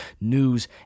news